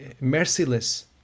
merciless